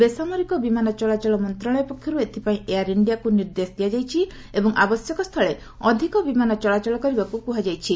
ବେସାମରିକ ବିମାନ ଚଳାଚଳ ମନ୍ତ୍ରଣାଳୟ ପକ୍ଷରୁ ଏଥିପାଇଁ ଏୟାର ଇଣ୍ଡିଆକୁ ନିର୍ଦ୍ଦେଶ ଦିଆଯାଇଛି ଏବଂ ଆବଶ୍ୟକସ୍ଥଳେ ଅଧିକ ବିମାନ ଚଳାଚଳ କରିବାକୁ କୁହାଯାଇଛି